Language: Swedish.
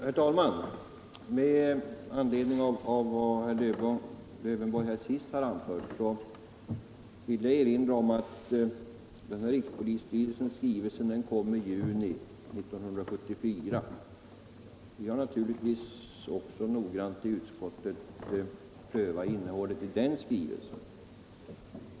Herr talman! Med anledning av vad herr Lövenborg senast anförde vill jag erinra om att rikspolisstyrelsens skrivelse kom i juni 1974. Vi har naturligtvis i utskottet noga prövat innehållet i den skrivelsen.